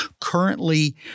currently